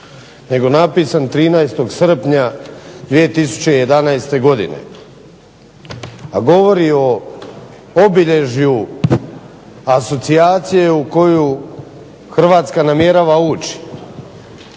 Nego napisan 13. srpnja 2011. godine, a govori o obilježju asocijacije u koju Hrvatska namjerava ući.